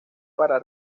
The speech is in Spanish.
para